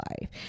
life